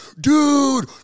dude